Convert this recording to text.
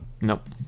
Nope